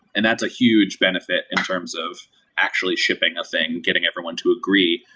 and that's a huge benefit in terms of actually shipping a thing, getting everyone to agree.